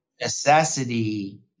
necessity